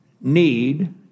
need